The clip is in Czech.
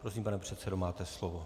Prosím, pane předsedo, máte slovo.